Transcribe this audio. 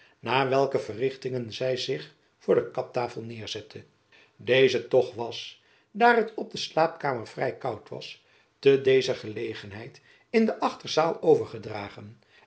na welke verrichtingen zy zich voor de kaptafel neêrzette deze toch was daar het op de jacob van lennep elizabeth musch slaapkamer vrij koud was te dezer gelegenheid in de achterzaal overgedragen